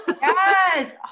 Yes